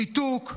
ניתוק,